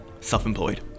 self-employed